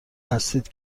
هستید